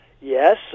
Yes